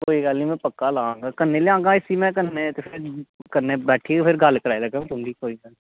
कोई गल्ल निं में पक्का लेई आहङ कन्नै लेई आह्गा में इसी कन्नै ते कन्नै बैठियै गल्ल कराई लैगा ना तुंदी